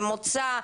למוצא,